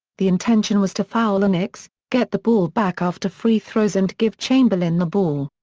the intention was to foul the knicks, get the ball back after free throws and give chamberlain the ball.